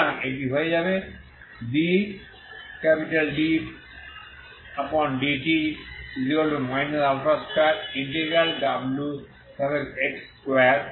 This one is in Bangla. সুতরাং এটি হয়ে যাবে dEdt 2wx2dx⏟B